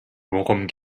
worum